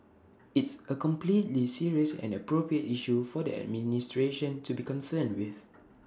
it's A completely serious and appropriate issue for the administration to be concerned with